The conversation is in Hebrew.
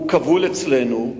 הוא כבול אצלנו.